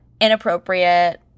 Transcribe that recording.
inappropriate